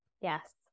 yes